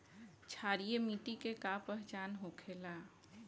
क्षारीय मिट्टी के का पहचान होखेला?